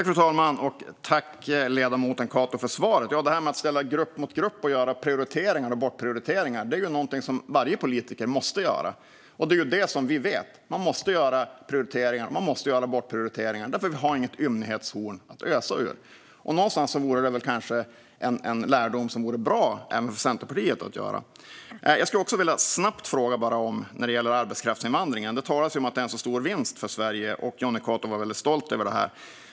Fru talman! Jag tackar ledamoten Cato för svaret. Att ställa grupp mot grupp och göra prioriteringar och bortprioriteringar är något som varje politiker måste göra. Vi vet ju det. Det måste göras prioriteringar och bortprioriteringar, för vi har inget ymnighetshorn att ösa ur. Detta är kanske en lärdom som vore bra att göra även för Centerpartiet. Jag har bara en snabb fråga när det gäller arbetskraftsinvandringen. Det talas om att den är en stor vinst för Sverige, och Jonny Cato var väldigt stolt över den.